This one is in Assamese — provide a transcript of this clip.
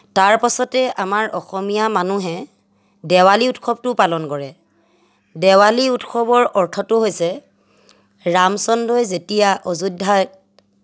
তাৰ পাছতেই আমাৰ অসমীয়া মানুহে দেৱালী উৎসৱটোও পালন কৰে দেৱালী উৎসৱৰ অৰ্থটো হৈছে ৰামচন্দ্ৰই যেতিয়া অযোধ্যাত